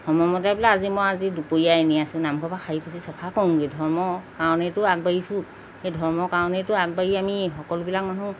সময়মতে বোলে আজি মই আজি দুপৰীয়া এনে আছোঁ নামঘৰ ভাগ সাৰি মচি চাফা কৰোঁগৈ ধৰ্ম কাৰণেতো আগবাঢ়িছোঁ সেই ধৰ্মৰ কাৰণেতো আগবাঢ়ি আমি সকলোবিলাক মানুহ